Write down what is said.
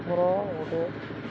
ମୋର ଗୋଟେ